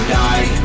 die